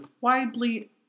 widely